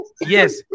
Yes